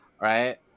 Right